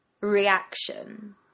reaction